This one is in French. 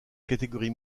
catégorie